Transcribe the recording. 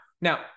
Now